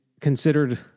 considered